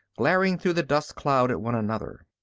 glaring through the dust cloud at one another.